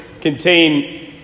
contain